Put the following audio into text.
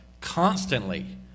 constantly